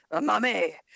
Mummy